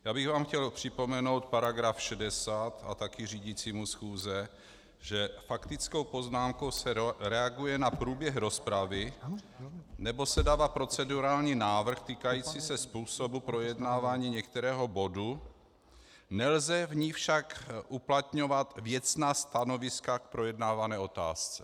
Já bych vám chtěl připomenout § 60, a také řídícímu schůze, že faktickou poznámkou se reaguje na průběh rozpravy nebo se dává procedurální návrh týkající se způsobu projednávání některého bodu, nelze v ní však uplatňovat věcná stanoviska k projednávané otázce.